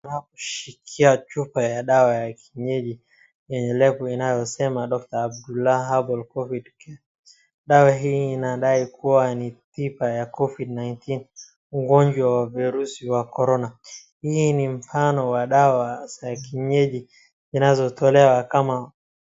Wakushikia chupa ya dawa ya kienyeji yenye lebo inayosema DR. ABDELLAH HERBAL COVID-CURE . Dawa hii inadai kuwa ni tiba ya Covid 19 , ugonjwa wa virusi wa korona. Hii ni mfano wa dawa za kienyeji zinazotolewa kama...